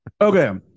okay